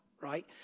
right